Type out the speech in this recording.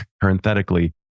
parenthetically